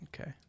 Okay